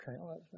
okay